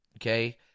okay